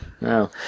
No